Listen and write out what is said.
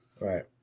Right